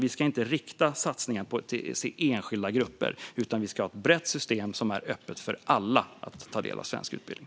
Vi ska inte rikta satsningen mot enskilda grupper, utan vi ska ha ett brett system som är öppet för alla att ta del av svensk utbildning.